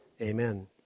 Amen